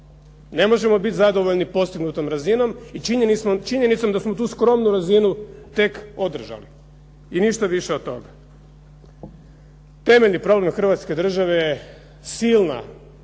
Ne možemo bit zadovoljni postignutom razinom i činjenicom da smo tu skromnu razinu tek održali. I ništa više od toga. Temeljni problem Hrvatske države je silna